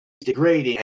degrading